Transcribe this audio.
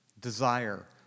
desire